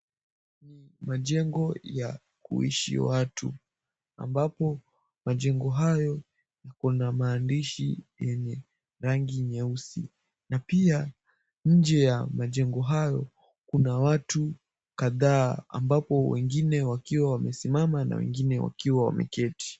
Majengo ya kuishi watu ambapo majengo hayo kuna maandishi yenye rangi nyeusi na pia nje ya majengo hayo kuna watu kadhaa ambapo wengine wakiwa wamesimama na wengine wakiwa wameketi.